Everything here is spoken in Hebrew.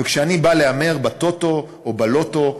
וכשאני בא להמר בטוטו או בלוטו,